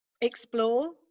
explore